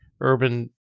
urban